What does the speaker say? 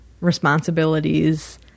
responsibilities